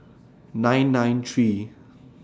nine nine three